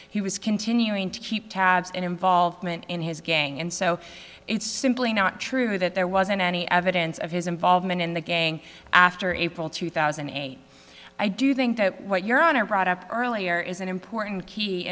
he was continuing to keep tabs and involvement in his gang and so it's simply not true that there wasn't any evidence of his involvement in the gang after april two thousand and eight i do think that what your honor brought up earlier is an important key